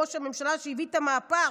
ראש הממשלה שהביא את המהפך,